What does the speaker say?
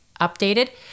updated